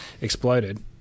exploded